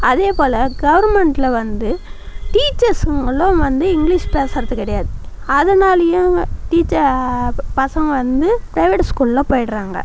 அதே போல கவுர்மெண்ட்டில் வந்து டீச்சர்ஸுங்களும் வந்து இங்கிலீஷ் பேசுறது கிடையாது அதனாலேயும் டீச்சர் பசங்கள் வந்து பிரைவேட் ஸ்கூலில் போயிடுறாங்க